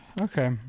Okay